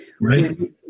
Right